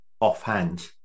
offhand